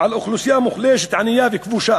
על אוכלוסייה מוחלשת, ענייה וכבושה.